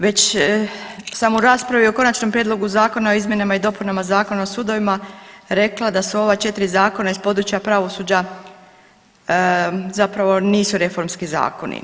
Već sam u raspravi o Konačnom prijedlogu zakona o izmjenama i dopunama Zakona o sudovima rekla da su ova 4 zakona iz područja pravosuđa zapravo, nisu reformski zakoni.